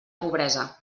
pobresa